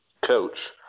coach